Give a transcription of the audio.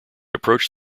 approached